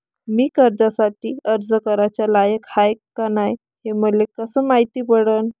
मी कर्जासाठी अर्ज कराचा लायक हाय का नाय हे मले कसं मायती पडन?